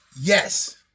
Yes